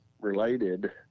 related